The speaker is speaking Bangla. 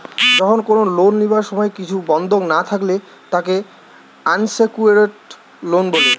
যখন কোনো লোন লিবার সময় কিছু বন্ধক না থাকলে তাকে আনসেক্যুরড লোন বলে